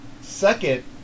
second